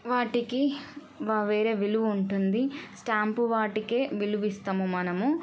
వాటికి వా వేరే విలువ ఉంటుంది స్టాంపు వాటికే విలువిస్తాము మనము